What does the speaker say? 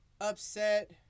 upset